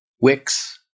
Wix